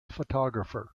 photographer